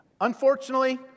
Unfortunately